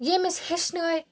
یٚیمۍ أسۍ ہیٚچھنٲے